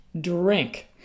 drink